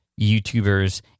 YouTubers